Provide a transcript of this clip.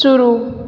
शुरू